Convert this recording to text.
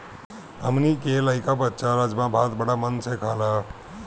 हमनी के लइका बच्चा राजमा भात बाड़ा मन से खाला